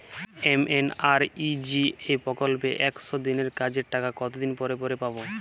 MNREGA প্রকল্পে একশ দিনের কাজের টাকা কতদিন পরে পরে পাব?